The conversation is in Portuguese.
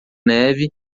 neve